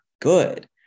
good